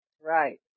right